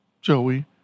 Joey